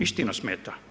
Istina smeta.